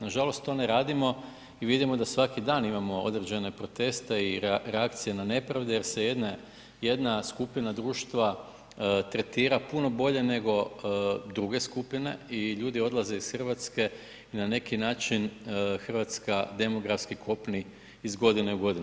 Nažalost to ne radimo i vidimo da svaki dan imamo određene proteste i reakcije na nepravde jer se jedne, jedna skupina društva tretira puno bolje nego druge skupine i ljudi odlaze iz Hrvatske i na neki način Hrvatska demografski kopni iz godine u godinu.